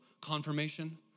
confirmation